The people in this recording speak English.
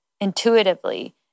intuitively